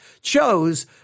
chose